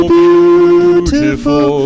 beautiful